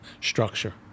structure